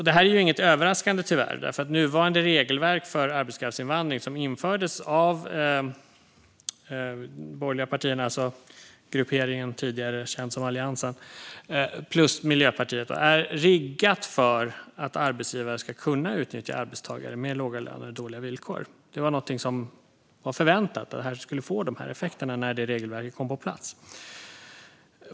Det här är inget överraskande, tyvärr, därför att nuvarande regelverk för arbetskraftsinvandring som infördes av den borgerliga grupperingen, tidigare känd som Alliansen, plus Miljöpartiet är riggat för att arbetsgivare ska kunna utnyttja arbetstagare med låga löner och dåliga villkor. Det var förväntat att det skulle få de här effekterna när regelverket kom på plats.